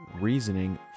reasoning